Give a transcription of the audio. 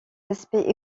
aspects